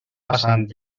passant